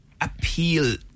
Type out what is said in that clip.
appeal